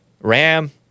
Ram